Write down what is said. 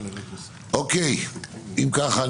אם כך,